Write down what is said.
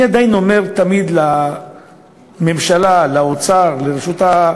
אני עדיין אומר תמיד לממשלה, לאוצר, לרשות,